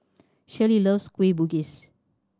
Shelley loves Kueh Bugis